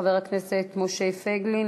חבר הכנסת משה פייגלין,